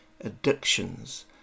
addictions